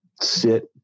sit